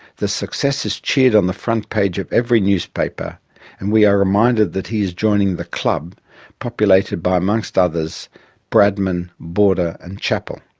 the success is cheered on the front page of every newspaper and we are reminded that he is joining the club populated by among so others bradman, border and chappell.